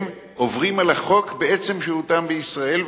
הם עוברים על החוק בעצם שהותם בישראל,